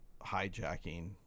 hijacking